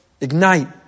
ignite